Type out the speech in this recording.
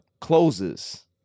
closes